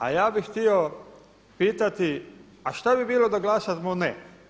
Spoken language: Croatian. A ja bih htio pitati a šta bi bilo da glasamo ne?